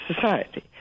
Society